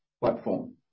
platform